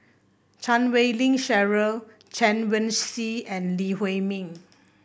Chan Wei Ling Cheryl Chen Wen Hsi and Lee Huei Min